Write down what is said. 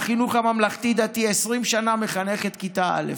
בחינוך הממלכתי-דתי, 20 שנה מחנכת כיתה א',